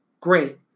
Great